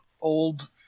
old